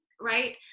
right